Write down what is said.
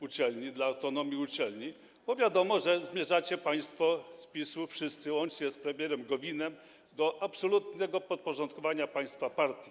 uczelni, dla autonomii uczelni, bo wiadomo, że zmierzacie państwo z PiS-u wszyscy, łącznie z premierem Gowinem, do absolutnego podporządkowania państwa partii.